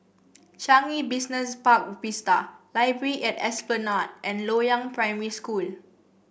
Changi Business Park Vista Library at Esplanade and Loyang Primary School